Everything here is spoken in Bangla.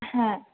হ্যাঁ